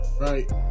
Right